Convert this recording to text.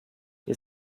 die